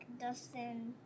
Dustin